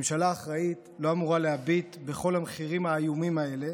ממשלה אחראית לא אמורה להביט בכל המחירים האיומים האלה